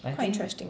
quite interesting